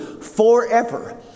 forever